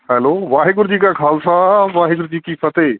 hello Waheguru ji ਕਾ ਖਾਲਸਾ ਵਾਹਿਗੁਰੂ ਜੀ ਕੀ ਫਤਿਹ